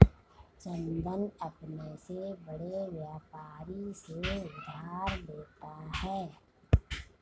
चंदन अपने से बड़े व्यापारी से उधार लेता है